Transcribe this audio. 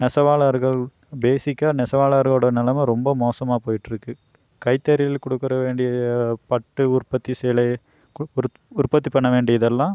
நெசவாளர்கள் பேசிக்காக நெசவாளரோடய நிலம ரொம்ப மோசமாக போயிட்டுருக்கு கைத்தறிகளுக்கு கொடுக்குற வேண்டிய பட்டு உற்பத்தி சேலைக்கு உற் உற்பத்தி பண்ண வேண்டியதெல்லாம்